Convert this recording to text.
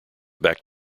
back